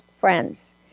friends